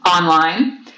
Online